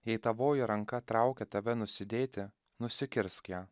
jei tavoji ranka traukia tave nusidėti nusikirsk ją